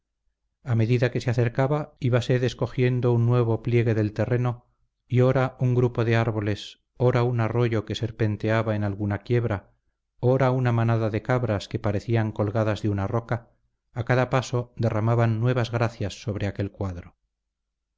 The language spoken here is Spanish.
a medida que se acercaba íbase descogiendo un nuevo pliegue del terreno y ora un grupo de árboles ora un arroyo que serpenteaba en alguna quiebra ora una manada de cabras que parecían colgadas de una roca a cada paso derramaban nuevas gracias sobre aquel cuadro